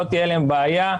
לא תהיה להם בעיה.